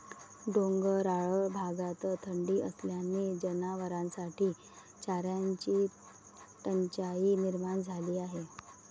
डोंगराळ भागात थंडी असल्याने जनावरांसाठी चाऱ्याची टंचाई निर्माण झाली आहे